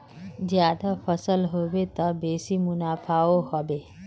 ज्यादा फसल ह बे त बेसी मुनाफाओ ह बे